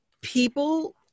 people